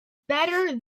better